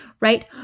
Right